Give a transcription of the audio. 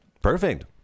Perfect